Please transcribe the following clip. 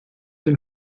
dem